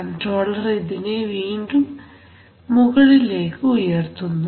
controller ഇതിനെ വീണ്ടും മുകളിലേക്ക് ഉയർത്തുന്നു